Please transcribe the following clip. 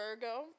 Virgo